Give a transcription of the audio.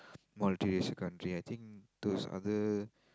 multiracial country I think towards other